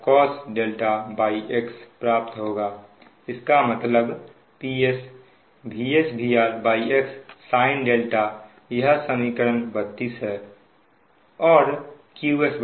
cos x प्राप्त होगा इसका मतलब PS VSVRx sin यह समीकरण 32 है